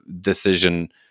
decision